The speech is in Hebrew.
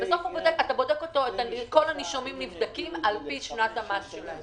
בסוף כל הנישומים נבדקים על פי שנת המס שלהם.